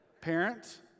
Parents